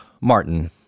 Martin